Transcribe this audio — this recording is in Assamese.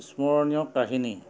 স্মৰণীয় কাহিনী